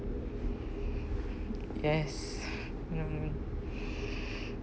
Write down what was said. yes mm